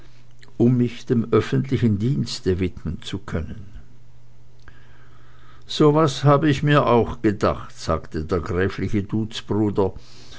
um mich dem öffentlichen dienste widmen zu können so was habe ich mir auch gedacht sagte der gräfliche duzbruder